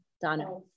donna